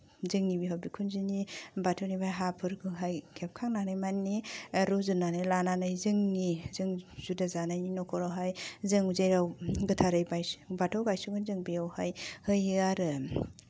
जोंनि बिहाव बिखुनजोनि बाथौनिफ्राय हाफोरखौहाय खेबखांनानै माने रुजुननानै लानानै जोंनि जों जुदा जानायनि न'खरावहाय जों जेराव गोथारै बाथौ गायसनगोन जों बेयावहाय होयो आरो